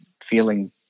feeling